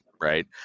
right